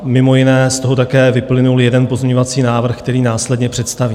Mimo jiné z toho také vyplynul jeden pozměňovací návrh, který následně představím.